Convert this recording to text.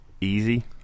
easy